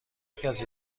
کسی